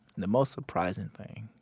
the most surprising thing.